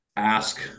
Ask